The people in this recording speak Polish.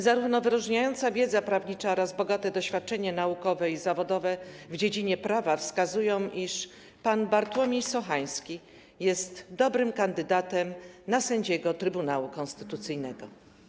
Zarówno wyróżniająca wiedza prawnicza, jak i bogate doświadczenie naukowe i zawodowe w dziedzinie prawa wskazują, iż pan Bartłomiej Sochański jest dobrym kandydatem na sędziego Trybunału Konstytucyjnego.